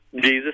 Jesus